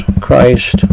Christ